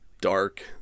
dark